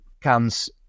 comes